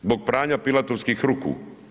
Zbog pranja pilatovskih ruku.